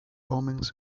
omens